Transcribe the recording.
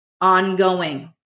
ongoing